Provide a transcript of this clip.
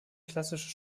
klassische